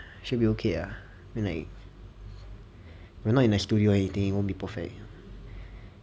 should be okay lah like we're not in a studio or anything it won't be perfect